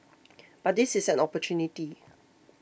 but this is an opportunity